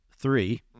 three